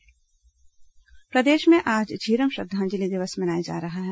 झीरम श्रद्धांजलि दिवस प्रदेश में आज झीरम श्रद्वांजलि दिवस मनाया जा रहा है